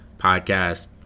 podcast